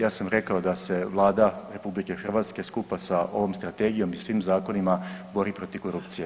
Ja sam rekao da se Vlada RH skupa sa ovom strategijom i svim zakonima bori protiv korupcije.